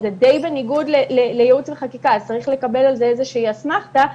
די בניגוד לייעוץ וחקיקה אז צריך לקבל על זה איזושהי אסמכתה,